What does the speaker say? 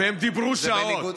והם דיברו שעות.